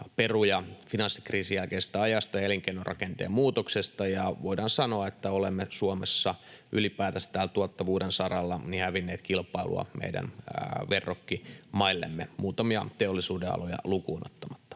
peruja finanssikriisin jälkeisestä ajasta ja elinkeinorakenteen muutoksesta. Ja voidaan sanoa, että olemme Suomessa ylipäätänsä tällä tuottavuuden saralla hävinneet kilpailua meidän verrokkimaillemme muutamia teollisuudenaloja lukuun ottamatta.